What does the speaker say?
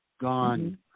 Gone